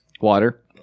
Water